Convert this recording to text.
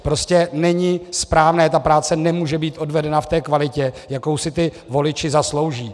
Prostě to není správné, ta práce nemůže být odvedena v té kvalitě, jakou si ti voliči zaslouží.